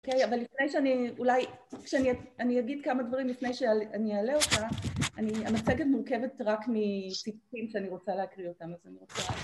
אוקיי, אבל לפני שאני, אולי, כשאני אגיד כמה דברים לפני שאני אעלה אותה, אני, המצגת מורכבת רק מטיפים שאני רוצה להקריא אותם, אז אני רוצה...